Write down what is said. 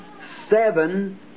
seven